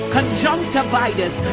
conjunctivitis